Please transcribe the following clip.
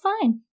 fine